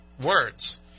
words